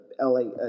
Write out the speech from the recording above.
LA